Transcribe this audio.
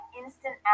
instant